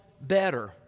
better